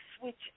switch